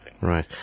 Right